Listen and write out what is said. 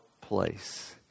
place